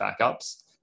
backups